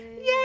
Yay